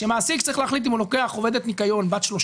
כשמעסיק צריך להחליט אם הוא לוקח עובדת ניקיון בת 30